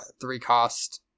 three-cost